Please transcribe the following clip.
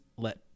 Let